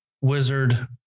wizard